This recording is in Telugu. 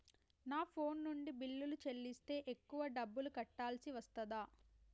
నా ఫోన్ నుండి బిల్లులు చెల్లిస్తే ఎక్కువ డబ్బులు కట్టాల్సి వస్తదా?